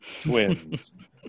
twins